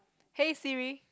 hey Siri